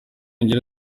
ngero